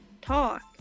talk